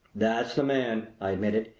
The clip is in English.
that's the man, i admitted.